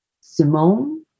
Simone